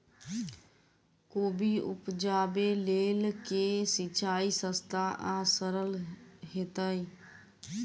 कोबी उपजाबे लेल केँ सिंचाई सस्ता आ सरल हेतइ?